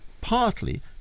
partly